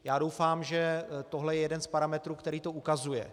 Já doufám, že tohle je jeden z parametrů, který to ukazuje.